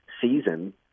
season